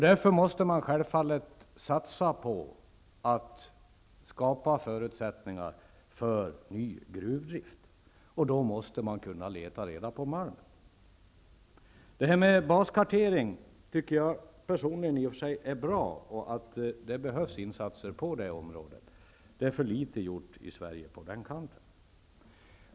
Därför måste man självfallet satsa på att skapa förutsättningar för ny gruvdrift, och då måste man kunna leta reda på malmen. Baskartering är bra, och det behövs insatser på det området. Det har gjorts för litet i Sverige på den kanten.